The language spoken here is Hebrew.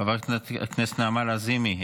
חברת הכנסת נעמה לזימי,